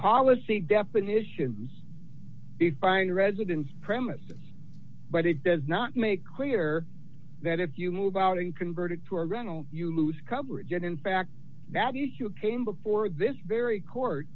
policy definitions define residence premises but it does not make clear that if you move out and converted to a rental you lose coverage and in fact that you came before this very court